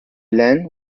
land